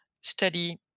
study